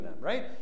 right